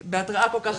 בהתראה כל כך